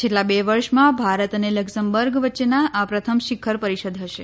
છેલ્લા બે વર્ષમાં ભારત અને લકઝમબર્ગ વચ્યેની આ પ્રથમ શિખર પરિષદ હશે